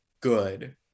good